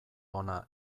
ona